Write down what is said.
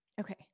Okay